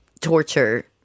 Torture